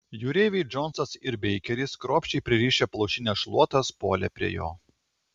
jūreiviai džonsas ir beikeris kruopščiai pririšę plaušines šluotas puolė prie jo